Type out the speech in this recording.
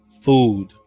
food